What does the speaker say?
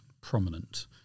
prominent